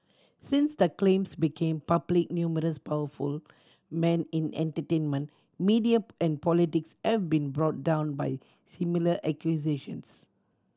since the claims became public numerous powerful men in entertainment media and politics have been brought down by similar accusations